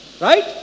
Right